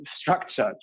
structured